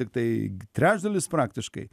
tiktai trečdalis praktiškai